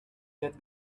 that